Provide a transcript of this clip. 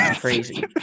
crazy